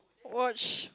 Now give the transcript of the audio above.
watch